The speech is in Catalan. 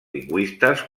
lingüistes